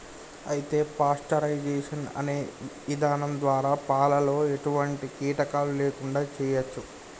అయితే పాస్టరైజేషన్ అనే ఇధానం ద్వారా పాలలో ఎటువంటి కీటకాలు లేకుండా చేయచ్చు